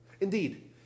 Indeed